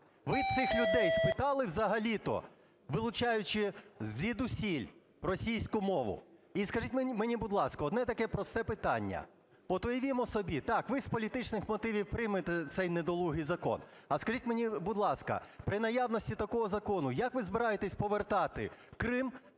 Ви цих людей спитали взагалі-то, вилучаючи звідусіль російську мову? І скажіть мені, будь ласка, одне таке просте питання. От уявімо собі, так, ви з політичних мотивів приймете цей недолугий закон, а скажіть мені, будь ласка, при наявності такого закону, як ви збираєтесь повертати Крим